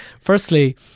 firstly